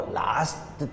last